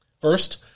First